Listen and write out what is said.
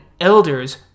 elders